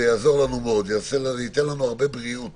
זה יעזור לנו מאוד, זה ייתן לנו הרבה בריאות